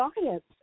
science